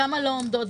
כמה לא עומדות?